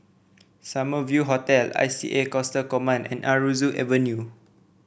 Summer View Hotel I C A Coastal Command and Aroozoo Avenue